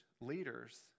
leaders